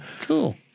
cool